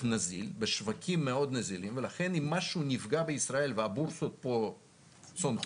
נזיל בשווקים נזילים מאוד ולכן אם משהו נפגע בישראל והבורסות פה צונחות,